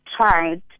tried